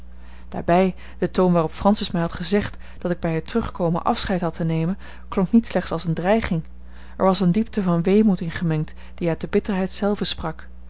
daarbij de toon waarop francis mij had gezegd dat ik bij het terugkomen afscheid had te nemen klonk niet slechts als eene dreiging er was eene diepte van weemoed in gemengd die uit de bitterheid zelve sprak